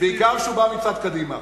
אנחנו אוטיסטים, בעיקר כשהוא בא מצד קדימה.